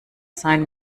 seien